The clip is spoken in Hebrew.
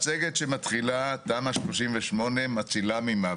מצגת שמתחילה "תמ"א 38 מצילה ממות".